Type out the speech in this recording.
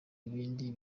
ibindi